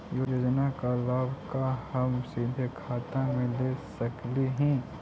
योजना का लाभ का हम सीधे खाता में ले सकली ही?